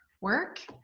work